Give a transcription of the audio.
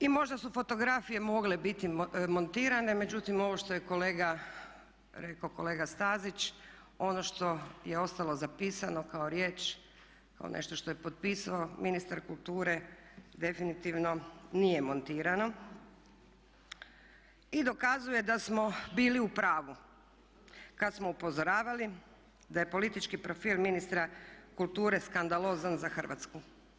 I možda su fotografije mogle biti montirane, međutim ovo što je kolega rekao, kolega Stazić ono što je ostalo zapisano kao riječ, kao nešto što je potpisao ministar kulture definitivno nije montirano i dokazuje da smo bili u pravu kad smo upozoravali da je politički profil ministra kulture skandalozan za Hrvatsku.